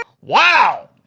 wow